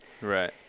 right